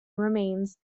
remains